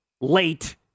late